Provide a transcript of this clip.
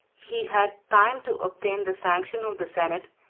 he had time to obtain the sanction of the senate,